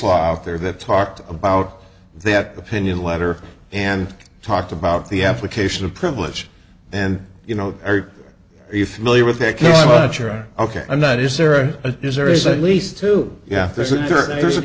law out there that talked about that opinion letter and talked about the application of privilege and you know are you familiar with take a much or ok i'm not is there a is there is at least two yeah there's a there's a